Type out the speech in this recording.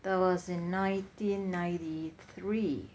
that was in nineteen ninety-three nineteen night~